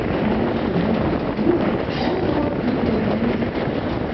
i want you to know you are far more capable than you realize,